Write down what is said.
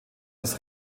das